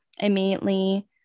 immediately